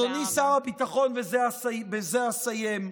אז אדוני שר הביטחון, ובזה אסיים,